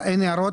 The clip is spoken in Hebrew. אין הערות,